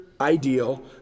ideal